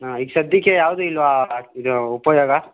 ಹಾಂ ಈಗ ಸದ್ಯಕ್ಕೆ ಯಾವುದೂ ಇಲ್ಲವಾ ಇದು ಉಪಯೋಗ